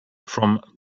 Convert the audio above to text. from